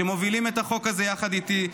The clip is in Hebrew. שמובילים את החוק הזה יחד איתי,